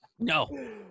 No